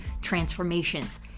transformations